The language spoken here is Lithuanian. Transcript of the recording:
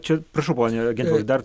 čia prašau pone gentvilai dar